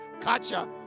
Gotcha